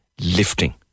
lifting